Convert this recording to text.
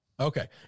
Okay